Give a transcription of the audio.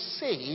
say